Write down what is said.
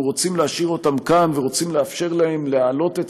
ואנחנו רוצים להשאיר אותם כאן ורוצים לאפשר להם להעלות את